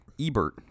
ebert